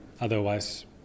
Otherwise